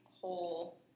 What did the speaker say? whole